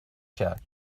کرد